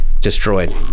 destroyed